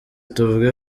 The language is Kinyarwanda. tuvuge